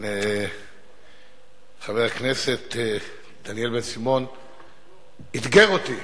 חבר הכנסת דניאל בן-סימון אתגר אותי.